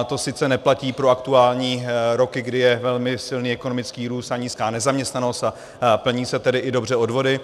To sice neplatí pro aktuální roky, kdy je velmi silný ekonomický růst a nízká nezaměstnanost, a plní se tedy dobře i odvody.